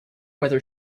whether